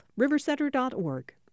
RiverCenter.org